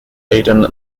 aden